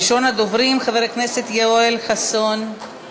ראשון הדוברים, חבר הכנסת יואל חסון,